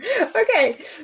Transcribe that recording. Okay